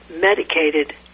medicated